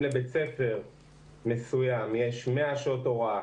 אם לבית ספר מסוים יש 100 שעות הוראה